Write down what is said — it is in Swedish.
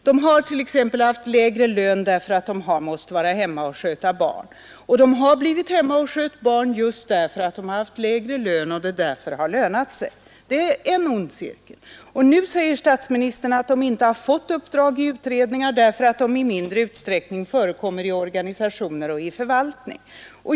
De har t.ex. haft lägre lön därför att de måste vara hemma och sköta barn, och det har blivit så därför att de har denna lön och familjen därför förlorat minst på detta. Det är en ond cirkel. Nu säger statsministern att de inte har fått uppdrag i utredningar därför att de i mindre utsträckning förekommer i organisationer och i förvaltning.